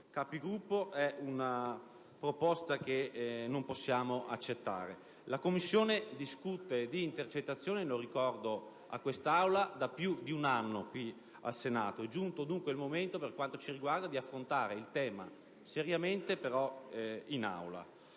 Capigruppo, è una proposta che non possiamo accettare. La Commissione discute di intercettazioni - lo ricordo a quest'Aula - da più di un anno qui al Senato; è giunto dunque il momento, per quanto ci riguarda, di affrontare il tema seriamente in Aula.